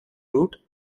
route